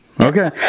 Okay